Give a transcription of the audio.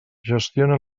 gestiona